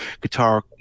guitar